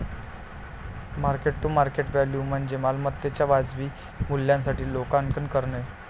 mark to market value म्हणजे मालमत्तेच्या वाजवी मूल्यासाठी लेखांकन करणे